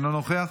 אינו נוכח,